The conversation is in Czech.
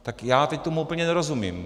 Tak já teď tomu úplně nerozumím.